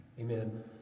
Amen